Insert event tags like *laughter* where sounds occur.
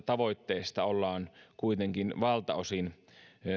*unintelligible* tavoitteesta ollaan kuitenkin valtaosin